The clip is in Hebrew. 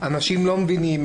אנשים לא מבינים,